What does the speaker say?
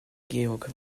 georg